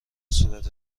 صورت